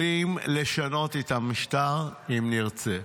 אנחנו גם יכולים לשנות את המשטר אם נרצה.